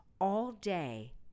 all-day